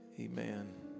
Amen